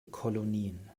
kolonien